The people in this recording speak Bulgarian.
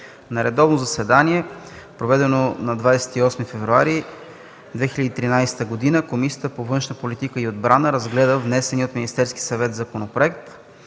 На редовно заседание, проведено на 28 февруари 2013 г., Комисията по външна политика и отбрана разгледа внесения от Министерския съвет законопроект.